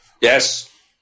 Yes